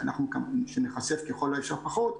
ושאנחנו ניחשף כמה שפחות ככל האפשר,